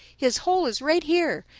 his hole is right here,